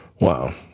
Wow